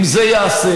אם זה ייעשה,